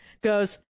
goes